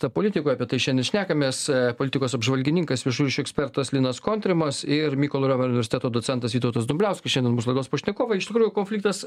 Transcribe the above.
tarp politikų apie tai šiandien šnekamės politikos apžvalgininkas viešųjų ryšių ekspertas linas kontrimas ir mykolo romerio universiteto docentas vytautas dumbliauskas šiandien mūsų laidos pašnekovai iš tikrųjų konfliktas